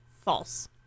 False